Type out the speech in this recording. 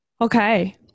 Okay